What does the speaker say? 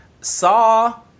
Saw